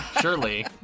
Surely